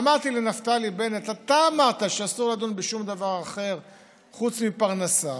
אמרתי לנפתלי בנט: אתה אמרת שאסור לדון בשום דבר אחר חוץ מפרנסה,